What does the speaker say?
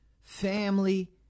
family